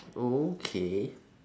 okay